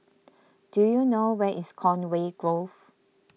do you know where is Conway Grove